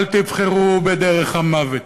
אל תבחרו בדרך המוות.